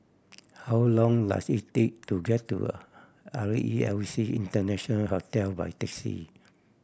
how long does it take to get to R E L C International Hotel by taxi